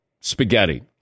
spaghetti